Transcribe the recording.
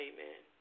Amen